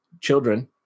children